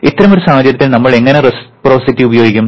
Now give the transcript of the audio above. ഇത്തരമൊരു സാഹചര്യത്തിൽ നമ്മൾ എങ്ങനെ റെസിപ്രൊസിറ്റി ഉപയോഗിക്കും